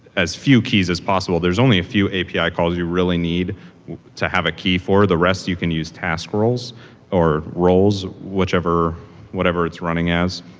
as few keys as possible. there're only a few api calls you really need to have a key for. the rest you can use task roles or roles, whatever whatever it's running as.